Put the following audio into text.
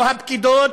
או הפקידות: